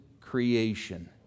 creation